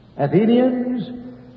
Athenians